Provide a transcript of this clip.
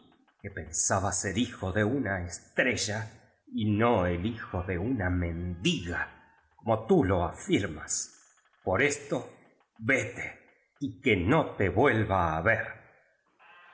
que pensaba ser hijo de una estrella y no el de una mendiga como tú lo afirmas por esto vete y que no te vuelva á ver ay